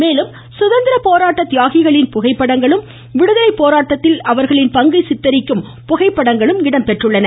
மேலும் சுதந்திர போராட்ட தியாகிகளின் புகைப்படங்களும் விடுதலை போராட்டத்தில் அவர்களின் பங்கை சித்தரிக்கும் புகைப்படங்களும் இடம்பெற்றுள்ளன